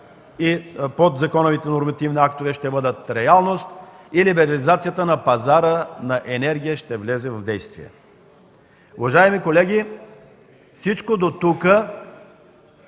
и подзаконовите нормативни актове ще бъдат реалност, като либерализацията на пазара на енергия влезе в действие. Уважаеми колеги, всичко казано